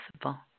possible